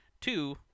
two